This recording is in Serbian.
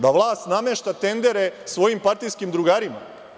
Da vlast namešta tendere svojim partijskim drugovima?